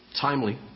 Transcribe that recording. timely